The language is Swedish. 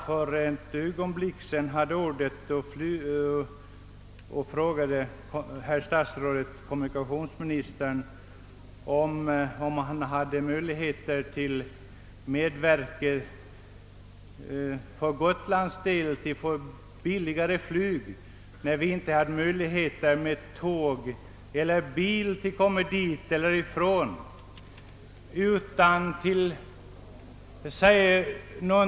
För ett ögonblick sedan hade jag ordet och frågade kommunikationsministern, om han hade möjligheter att medverka till billigare flyg för Gotiands del eftersom det inte finns möjligheter att komma dit eller därifrån med tåg eller bil.